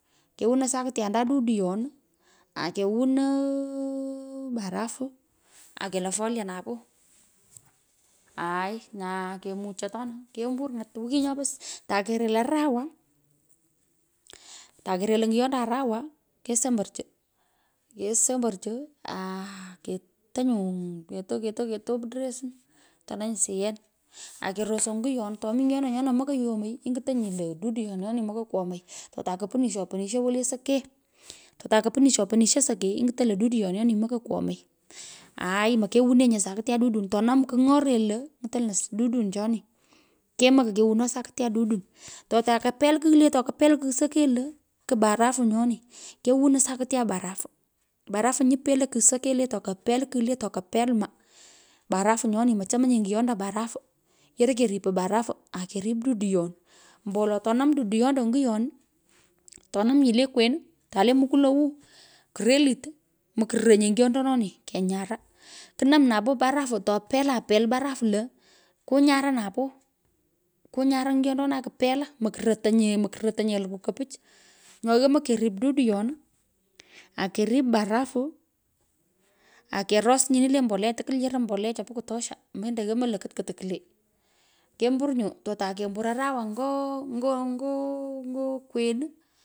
Kewono sakityanda duduyon, akewoneea parato akelo folia napoo aaii nyu kemuchotp nyu kemuchoto no kembur any’at wiki nyopo. tokerel arakwa tokerel nyiyondo arawa kesemborchi, kesemborchi aah ketonyuu ketoketopdressin itenenyi akerusoi, nyiyon tomii, nyiyondo nyono mokay yomoy ingiteny, lo duduyon nyon, mokai kwomay, totakopunishopunisho wole sekee totakoponsho punisho wole sekee iny’otanyi, lo duduyon nyoni mokui kwomay aa mokewonenyi, sakitya dudon. Tonam kigh nyo rel lo nyitonyi lo dudon choni kemokai kewuneo sakitya dudon. Totakepel kigh la takapel kigh sekee lo, ku barafu nyoni. Kewuno sakitya barafu. Barafu nyo, pele kigh sekee lee tokapel kigh le tokapel maa, barafu nyoni. Mochemenye nyiyondo barafu yoroi, keripoi, barafu akerip duduyon ombowolo atonam duduyondo ungiyon. tonam yii lee kwen le mukulou krelit, mokuryononye ngiyondonoi;. Kenyar kunam napo barafu to pelpel burafu lo kunyura ngiyondononi, kupela mokrotonye mokroyonye lukwu kopich. Nyoo yomoi kerip duduyon akerip barafu akeros nyini lee mboleya tukwul yoroi mboka chopo kutosha mende yomoi lo kolotei kwulee kembur nyoo totakembur arawa ngo ngoo ngoo ngoo ngoo kwen.